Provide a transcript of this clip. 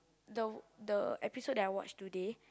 the one the episode that I watch today